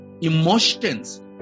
emotions